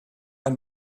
ein